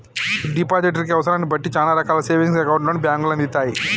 depositor కి అవసరాన్ని బట్టి చానా రకాల సేవింగ్స్ అకౌంట్లను బ్యేంకులు అందిత్తయ్